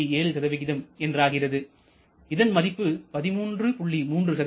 7 என்றாகிறது இதன் மதிப்பு 13